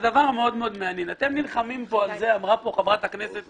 אתם נלחמים פה אמרה פה חברת הכנסת